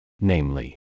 namely